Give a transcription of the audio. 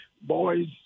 boys